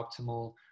optimal